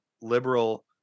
liberal